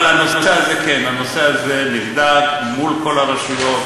אבל הנושא הזה נבדק מול כל הרשויות,